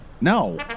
No